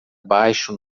baixo